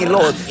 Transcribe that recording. Lord